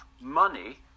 money